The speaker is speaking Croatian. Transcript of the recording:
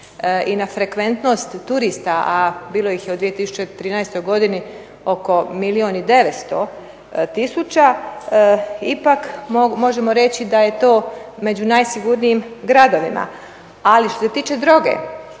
i na frekventnost turista, a bilo ih je u 2013. godini oko milijun i 900 tisuća, ipak možemo reći da je to među najsigurnijim gradovima. Ali što se tiče droge,